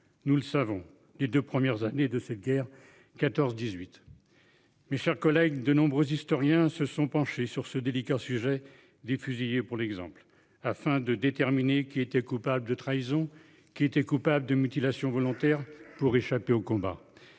nous le savons, des 2 premières années de cette guerre. 14 18. Mes chers collègues. De nombreux historiens se sont penchés sur ce délicat sujet des fusillés pour l'exemple afin de déterminer qui était coupable de trahison qui était coupable de mutilations volontaires pour échapper aux combats.